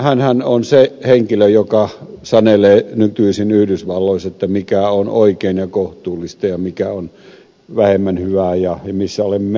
hänhän on se henkilö joka sanelee nykyisin yhdysvalloissa mikä on oikein ja kohtuullista ja mikä on vähemmän hyvää